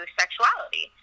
sexuality